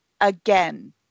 again